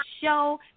show